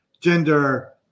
gender